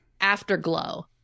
afterglow